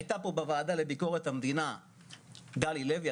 הייתה בוועדה לענייני ביקורת המדינה גלי לוי,